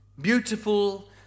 beautiful